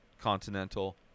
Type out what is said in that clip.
Continental